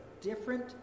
different